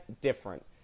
different